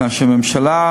והממשלה,